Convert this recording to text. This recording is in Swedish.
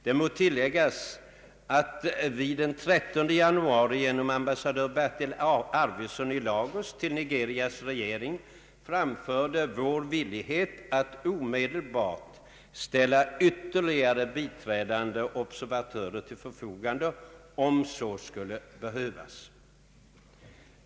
Det må tilläggas att vi den 13 januari genom ambassadör Bertil Arvidson i Lagos till Nigerias regering framförde vår villighet att omedelbart ställa ytterligare biträdande observatörer till förfogande om så skulle behövas.